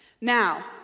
now